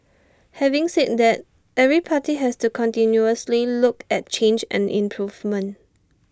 having said that every party has to continuously look at change and improvement